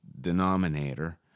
denominator